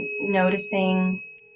noticing